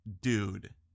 dude